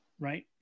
Right